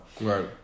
Right